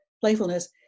playfulness